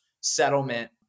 settlement